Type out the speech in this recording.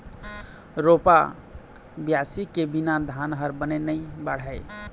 रोपा, बियासी के बिना धान ह बने नी बाढ़य